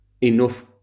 enough